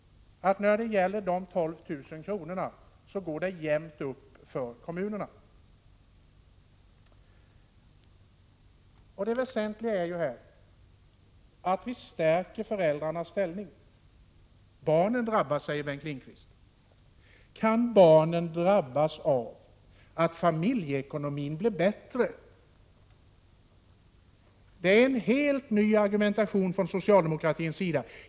När det gäller de 12 000 kronorna går det jämnt ut för kommunerna. Det väsentliga är att vi stärker föräldrarnas ställning. Barnen drabbas, säger Bengt Lindqvist. Kan barnen drabbas av att familjeekonomin blir bättre? Det är en helt ny argumentation från socialdemokratins sida.